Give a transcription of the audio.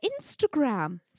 Instagram